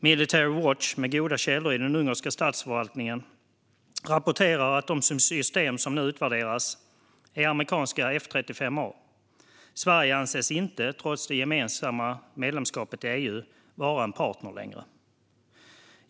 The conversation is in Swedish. Military Watch, som har goda källor i den ungerska statsförvaltningen, rapporterar att de system som nu utvärderas är amerikanska F-35 A. Sverige anses inte, trots det gemensamma medlemskapet i EU, vara en partner längre.